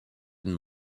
and